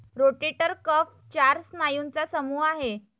rotator cuff चार स्नायूंचा समूह आहे